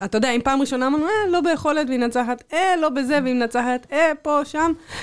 אתה יודע, אם פעם ראשונה אמרנו, אה, לא ביכולת, והיא מנצחת, אה, לא בזה, והיא מנצחת, אה, פה, שם...